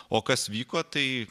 o kas vyko tai